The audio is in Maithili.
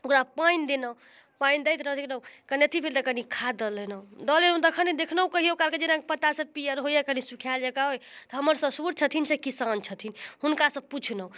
ओकरा पानि देलहुँ पानि दैत गेलहुँ कनि अथी भेल तऽ कनि खाद दऽ देलहुँ दऽ देलहुँ तऽ देखलहुँ कहिओकाल कि जेनाकि पत्तासब पिअर होइए कनि सुखाएल जकाँ तऽ हमर ससुर छथिन से किसान छथिन हुनकासँ पुछलहुँ